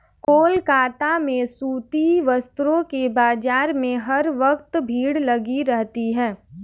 कोलकाता में सूती वस्त्रों के बाजार में हर वक्त भीड़ लगी रहती है